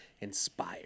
inspired